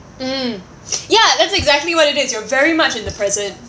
mm ya that's exactly what it is you're very much in the present